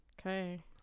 Okay